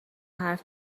حرف